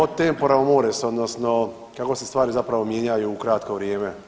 O tempora, o mores, odnosno kako se stvari zapravo mijenjaju u kratko vrijeme.